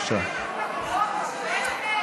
מה זה?